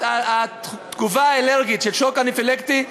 התגובה האלרגית היא שוק אנפילקטי,